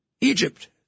Egypt